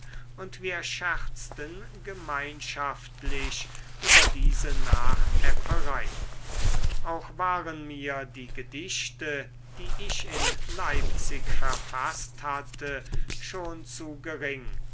und wir scherzten gemeinschaftlich über diese nachäfferei auch waren mir die gedichte die ich in leipzig verfaßt hatte schon zu gering